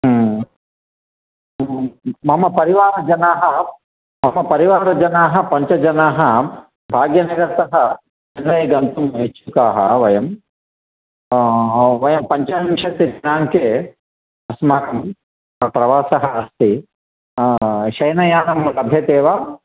हु मम परिवारजनाः मम परिवारजनाः पञ्चजनाः भाग्यनगरतः चेन्नै गन्तुं इच्छुकाः वयं वयं पञ्चविंशतिदिनाङ्के अस्माकं प्रवासः अस्ति शयनयानं लभ्यते वा